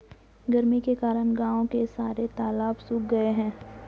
गर्मी के कारण गांव के सारे तालाब सुख से गए हैं